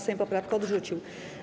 Sejm poprawkę odrzucił.